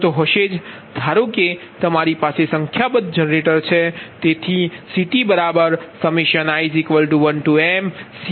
તો ધારો કે તમારી પાસે સંખ્યાબંધ જનરેટર છે